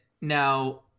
Now